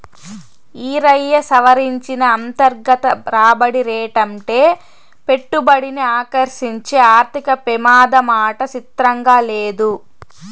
ఈరయ్యా, సవరించిన అంతర్గత రాబడి రేటంటే పెట్టుబడిని ఆకర్సించే ఆర్థిక పెమాదమాట సిత్రంగా లేదూ